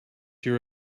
your